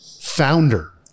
founder